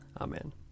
amen